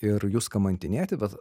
ir jus kamantinėti bet